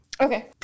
Okay